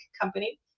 company